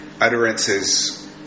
utterances